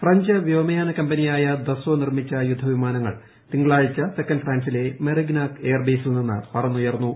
French വ്യോമയാന കമ്പനിയായ Dassault നിർമ്മിച്ച യുദ്ധവിമാനങ്ങൾ തിങ്കളാഴ്ച തെക്കൻ ഫ്രാൻസിലെ മെറിഗ്നാക് എയർ ബേസിൽ നിന്ന് പറന്നുയർന്നു